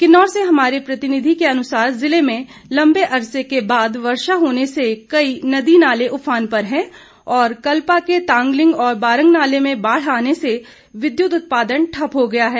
किन्नौर से हमारे प्रतिनिधि के अनुसार जिले में लंबे अरसे के वर्षा होने से कई नदी नाले उफान पर हैं और कल्पा के तांगलिग और बारग नाले में बाढ़ आने से विद्युत उत्पादन ठप्प हो गया है